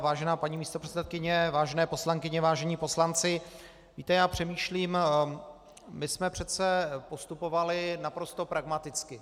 Vážená paní místopředsedkyně, vážené poslankyně, vážení poslanci, víte, já přemýšlím my jsme přece postupovali naprosto pragmaticky.